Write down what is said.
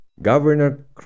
governor